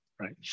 Right